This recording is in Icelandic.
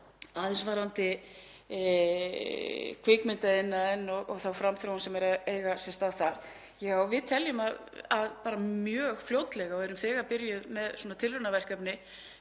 Aðeins varðandi kvikmyndaiðnaðinn og þá framþróun sem er að eiga sér stað þar. Já, við teljum að mjög fljótlega — við erum þegar byrjuð með tilraunaverkefni